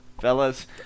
fellas